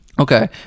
okay